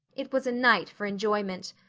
it was a night for enjoyment.